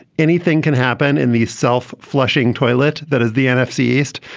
anything can happen in these self flushing toilet. that is the nfc east.